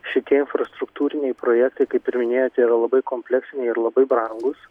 šitie infrastruktūriniai projektai kaip ir minėjote yra labai kompleksiniai ir labai brangūs